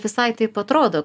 visai taip atrodo